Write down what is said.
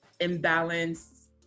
imbalance